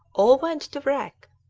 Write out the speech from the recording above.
all went to wreck,